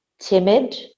timid